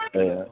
ಏ